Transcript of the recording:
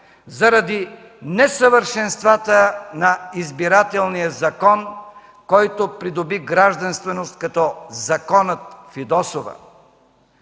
заради несъвършенствата на Избирателния закон, който придоби гражданственост като Законът „Фидосова“.